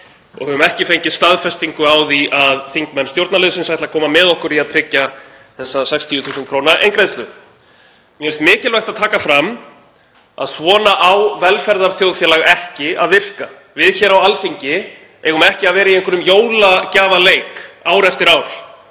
og höfum ekki fengið staðfestingu á því að þingmenn stjórnarliðsins ætli að koma með okkur í að tryggja þessa 60.000 kr. eingreiðslu. Mér finnst mikilvægt að taka fram að svona á velferðarþjóðfélag ekki að virka, við hér á Alþingi eigum ekki að vera í einhverjum jólagjafaleik ár eftir ár